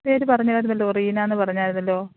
പേര് പറഞ്ഞിരുന്നല്ലോ റീന എന്ന് പറഞ്ഞിരുന്നല്ലോ